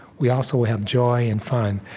we also will have joy and fun,